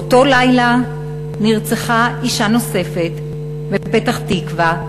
באותו לילה נרצחה אישה נוספת, בפתח-תקווה,